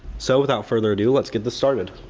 so without further ado let's get this started.